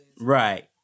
Right